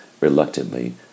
reluctantly